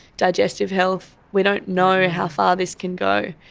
digestive health. we don't know how far this can go,